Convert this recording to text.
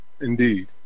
Indeed